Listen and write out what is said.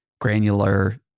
granular